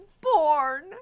born